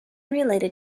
related